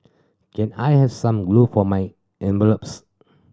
can I have some glue for my envelopes